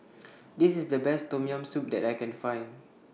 This IS The Best Tom Yam Soup that I Can Find